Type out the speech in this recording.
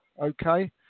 Okay